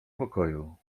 pokoju